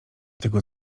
tego